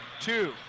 two